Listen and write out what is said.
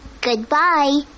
Goodbye